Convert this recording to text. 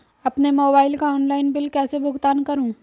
अपने मोबाइल का online bill कैसे भुगतान करूं?